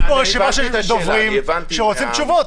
יש פה רשימה של דוברים שרוצים תשובות,